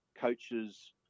coaches